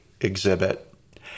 exhibit